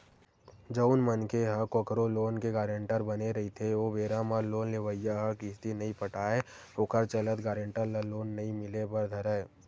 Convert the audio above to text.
जउन मनखे ह कखरो लोन के गारंटर बने रहिथे ओ बेरा म लोन लेवइया ह किस्ती नइ पटाय ओखर चलत गारेंटर ल लोन नइ मिले बर धरय